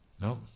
No